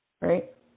right